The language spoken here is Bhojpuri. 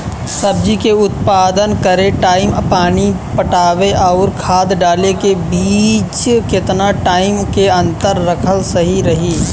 सब्जी के उत्पादन करे टाइम पानी पटावे आउर खाद डाले के बीच केतना टाइम के अंतर रखल सही रही?